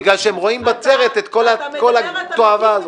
בגלל שהם רואים בסרט את כל התועבה הזאת.